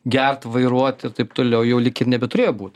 gert vairuot ir taip toliau jau lyg ir nebeturėjo būt